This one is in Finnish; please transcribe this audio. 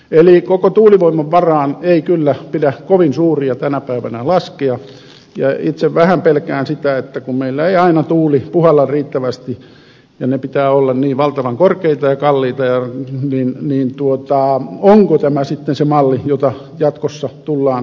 eli koko tuulivoiman varaan ei kyllä pidä kovin suuria tänä päivänä laskea ja itse vähän pelkään sitä että kun meillä ei aina tuuli puhalla riittävästi ja niiden pitää olla niin valtavan korkeita ja kalliita niin onko tämä sitten se malli jota jatkossa tullaan käyttämään